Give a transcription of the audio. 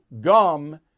gum